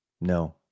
No